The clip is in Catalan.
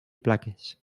plaques